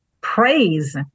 praise